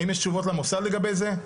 האם יש תשובות למוסד לגבי זה?